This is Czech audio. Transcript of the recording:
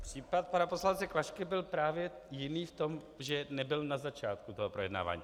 Případ pana poslance Klašky byl právě jiný v tom, že nebyl na začátku toho projednávání.